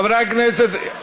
חברי הכנסת,